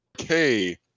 okay